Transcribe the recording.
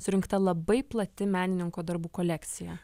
surinkta labai plati menininkų darbų kolekcija